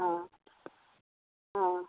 हँ हँ